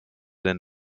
den